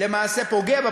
למעשה פוגע,